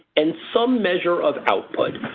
and some measure of output.